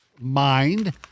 mind